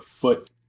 foot